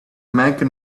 mecca